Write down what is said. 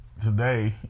Today